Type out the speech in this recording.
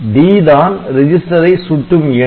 'd' தான் register ஐ சுட்டும் எண்